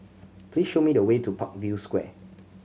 please show me the way to Parkview Square